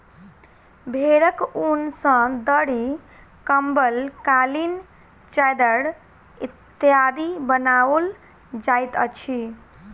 भेंड़क ऊन सॅ दरी, कम्बल, कालीन, चद्दैर इत्यादि बनाओल जाइत अछि